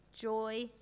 joy